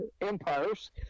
empires